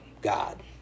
God